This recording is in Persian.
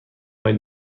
های